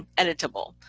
editable,